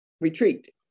retreat